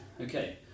Okay